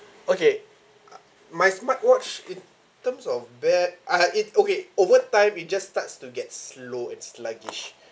okay uh my smartwatch in terms of bad I had it okay over time it just starts to get slow and sluggish